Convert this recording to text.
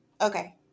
Okay